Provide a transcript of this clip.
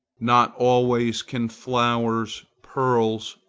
not always can flowers, pearls,